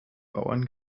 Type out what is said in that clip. bauern